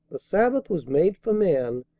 the sabbath was made for man,